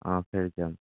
অঁ ফেৰীত যাম